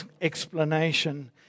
explanation